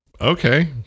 okay